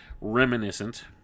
reminiscent